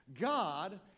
God